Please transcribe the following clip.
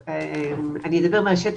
אני אדבר מהשטח.